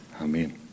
amen